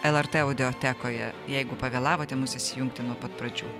lrt audiotekoje jeigu pavėlavote mus įsijungti nuo pat pradžių